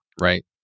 Right